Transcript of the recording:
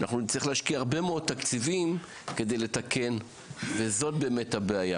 אנחנו נצטרך להשקיע הרבה מאד תקציבים כדי לתקן וזאת באמת הבעיה